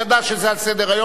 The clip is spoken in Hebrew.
ידע שזה על סדר-היום,